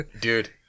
Dude